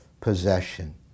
possession